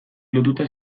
lotuta